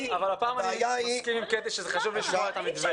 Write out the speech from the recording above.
הפעם אני מסכים עם קטי שזה חשוב לשמוע את המתווה.